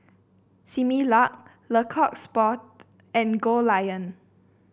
Similac Le Coq Sportif and Goldlion